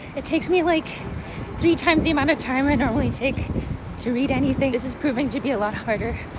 it takes me like three times the amount of time i normally take to read anything. this is proving to be a lot harder,